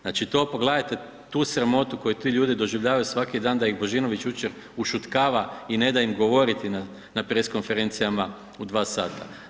Znači to pogledajte, tu sramotu koju ti ljudi doživljavaju svaki dan da ih Božinović jučer ušutkava i ne da im govoriti na press konferencijama u 2 sata.